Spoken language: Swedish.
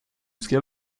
ska